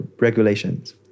regulations